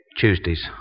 Tuesdays